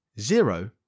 zero